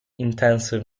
intensy